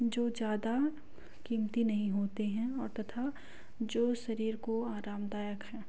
जो ज़्यादा कीमती नहीं होते हैं और तथा जो शरीर को आरामदायक हैं